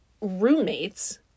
roommates